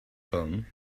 phone